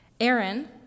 Aaron